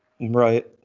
Right